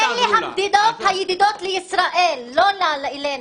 אלה המדינות הידידות לישראל, לא לנו.